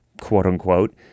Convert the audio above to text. quote-unquote